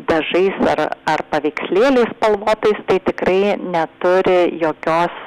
dažais ar ar paveikslėliais spalvotais tai tikrai neturi jokios